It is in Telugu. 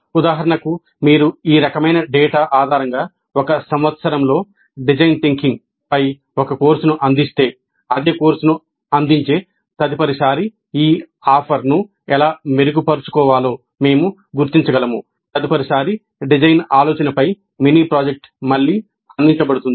ఉదాహరణకు మీరు ఈ రకమైన డేటా ఆధారంగా ఒక సంవత్సరంలో డిజైన్ థింకింగ్ పై ఒక కోర్సును అందిస్తే అదే కోర్సును అందించే తదుపరిసారి ఈ ఆఫర్ను ఎలా మెరుగుపరుచుకోవాలో మేము గుర్తించగలము తదుపరిసారి డిజైన్ ఆలోచనపై మినీ ప్రాజెక్ట్ మళ్లీ అందించబడుతుంది